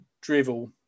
drivel